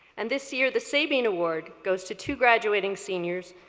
and this year the sabine award goes to two graduating seniors,